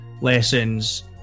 lessons